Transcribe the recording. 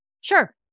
Sure